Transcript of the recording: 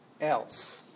else